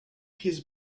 his